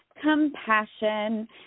compassion